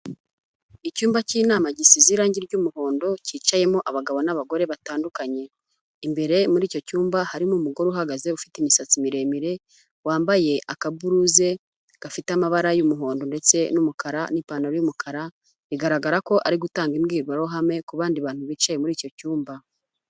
Icyumba cy'inama gisize irangi ry'umuhondo cyicayemo abagabo n'abagore batandukanye, imbere muri icyo cyumba hari n'umugore uhagaze ufite imisatsi miremire wambaye akaburuze gafite amabara y'umuhondo ndetse n'umukara n'ipantaro y'umukara bigaragara ko ari gutanga imbwrwaruhame ku bandi bantu bicaye muri icyo cyumba.